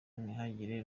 ntihagire